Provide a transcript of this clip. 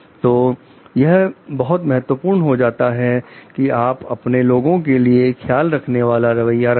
तो यह बहुत महत्वपूर्ण हो जाता है कि आप अपने लोगों के लिए ख्याल रखने वाला रवैया रखें